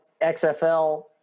XFL